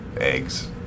eggs